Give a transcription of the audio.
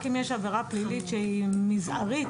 רק אם יש עבירה פלילית שהיא מזערית,